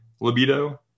libido